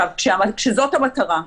כשזאת המטרה,